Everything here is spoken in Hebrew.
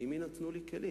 אם יינתנו לי כלים.